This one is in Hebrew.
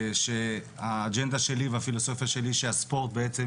והאג'נדה שלי והפילוסופיה שלי שהספורט הוא